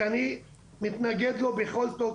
שאני מתנגד לו בכל תוקף.